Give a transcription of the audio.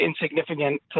insignificant